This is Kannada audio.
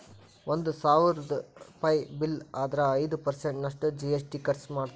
ಒಂದ್ ಸಾವ್ರುಪಯಿ ಬಿಲ್ಲ್ ಆದ್ರ ಐದ್ ಪರ್ಸನ್ಟ್ ನಷ್ಟು ಜಿ.ಎಸ್.ಟಿ ಕಟ್ ಮಾದ್ರ್ಸ್